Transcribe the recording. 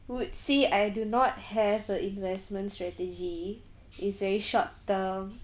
would see I do not have a investment strategy is very short term